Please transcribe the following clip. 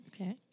okay